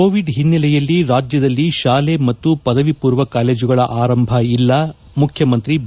Covid ಹಿನ್ನೆಲೆಯಲ್ಲಿ ರಾಜ್ಯದಲ್ಲಿ ಶಾಲೆ ಮತ್ತು ಪದವಿ ಪೂರ್ವ ಕಾಲೇಜುಗಳ ಆರಂಭ ಇಲ್ಲ ಮುಖ್ಯಮಂತ್ರಿ ಬಿ